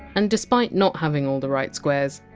and despite not having all the right squares,